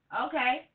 okay